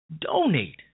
donate